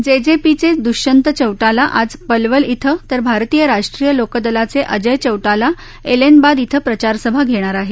जेजेपीचे द्वष्यन्त चौटाला आज पलवल इथं तर भारतीय राष्ट्रीय लोकदलाचे अजय चौटाला एलेनबाद इथं प्रचारसभा घेणार आहेत